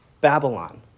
Babylon